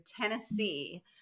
Tennessee